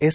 S